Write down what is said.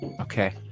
Okay